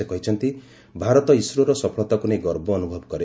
ସେ କହିଛନ୍ତି ଭାରତ ଇସ୍ରୋର ସଫଳତାକୁ ନେଇ ଗର୍ବ ଅନୁଭବ କରେ